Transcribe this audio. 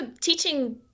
teaching